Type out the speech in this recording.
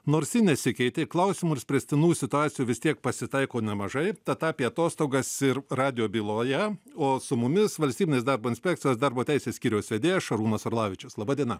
nors ji nesikeitė klausimų ir spręstinų situacijų vis tiek pasitaiko nemažai tad apie atostogas ir radijo byloje o su mumis valstybinės darbo inspekcijos darbo teisės skyriaus vedėjas šarūnas orlavičius laba diena